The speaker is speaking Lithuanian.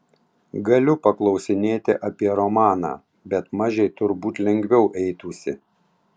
galiu paklausinėti apie romaną bet mažei turbūt lengviau eitųsi